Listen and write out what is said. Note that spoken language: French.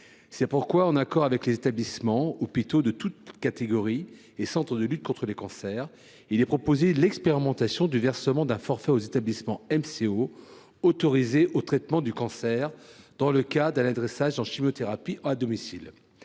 C’est pourquoi, en accord avec les établissements, hôpitaux de toutes catégories et centres de lutte contre le cancer, il est proposé d’expérimenter le versement d’un forfait aux établissements MCO autorisés au traitement du cancer dans le cas d’un adressage en chimiothérapie à domicile.